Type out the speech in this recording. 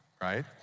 right